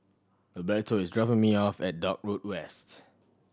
Gilberto is dropping me off at Dock Road West